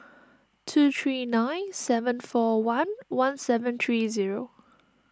two three nine seven four one one seven three zero